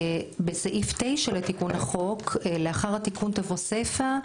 בסעיף 9 לתיקון החוק, לאחר התיקון תבוא סיפא: